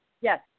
yes